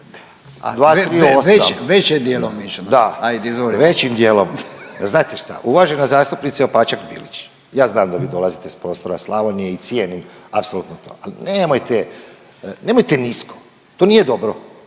Da, većim dijelom. Znate šta uvažena zastupnice Opačak Bilić ja znam da vi dolazite iz prostora Slavonije i cijenim apsolutno to, ali nemojte, nemojte nisko to nije dobro.